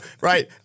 right